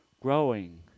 growing